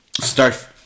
start